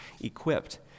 equipped